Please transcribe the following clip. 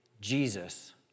Jesus